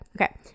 Okay